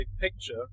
picture